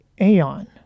aeon